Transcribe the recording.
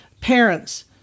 parents